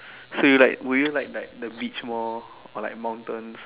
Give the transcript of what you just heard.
so you like would you like like the beach more or like mountains